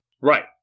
right